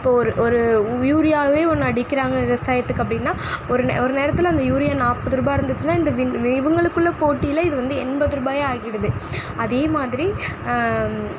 இப்போ ஒரு ஒரு யூரியாவே ஒன்று அடிக்குறாங்க விவசாயத்துக்கு அப்படினா ஒரு ஒரு நேரத்தில் அந்த யூரியா நாற்பதுரூபா இருந்துச்சின்னா இந்த வின் இவுங்களுக்குள்ளே போட்டியில இது வந்து எண்பது ரூபாயாக ஆகிவிடுது அதேமாதிரி